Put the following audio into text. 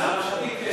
להערכתי כן.